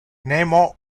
nemo